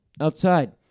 outside